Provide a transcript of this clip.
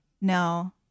No